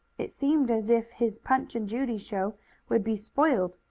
it seemed as if his punch and judy show would be spoiled,